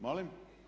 Molim?